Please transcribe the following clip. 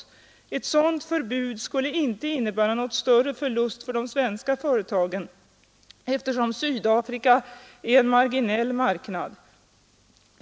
Ett sådant förbud skulle inte innebära någon större förlust för de svenska företagen, eftersom Sydafrika är en marginell marknad.